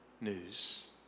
news